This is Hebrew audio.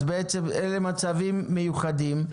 בעצם אלה מצבים מיוחדים.